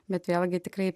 bet vėlgi tikrai